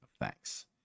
thanks